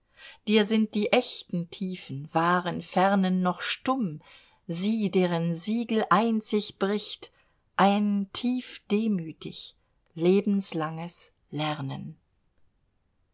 dir sind die echten tiefen wahren fernen noch stumm sie deren siegel einzig bricht ein